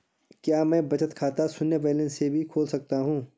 क्या मैं बचत खाता शून्य बैलेंस से भी खोल सकता हूँ?